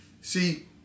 See